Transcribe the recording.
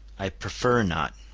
i prefer not.